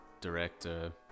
director